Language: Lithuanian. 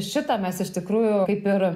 šitą mes iš tikrųjų kaip ir